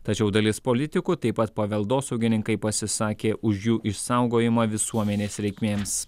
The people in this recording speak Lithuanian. tačiau dalis politikų taip pat paveldosaugininkai pasisakė už jų išsaugojimą visuomenės reikmėms